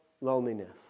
loneliness